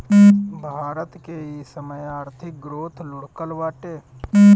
भारत के इ समय आर्थिक ग्रोथ लुढ़कल बाटे